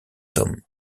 than